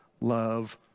love